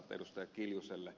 kimmo kiljuselle